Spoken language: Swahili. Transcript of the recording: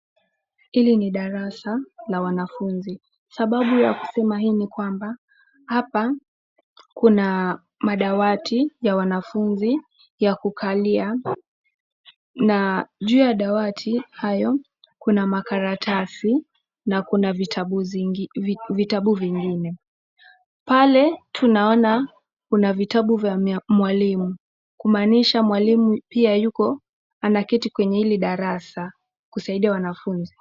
hili ni darasa la wanafuzi sababu yasema hii nikwamba, hapa kuna madawati ya wanafunzi ya kukalia na juu ya dawati hayo kuna makaratasi na kuna vitabu vingine. Pale tunaona kuna vitabu vya mwalimu kumanisha mwalimu pia yuko anaketi kwa hili darasa kusaidia wanafunzi.